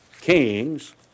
Kings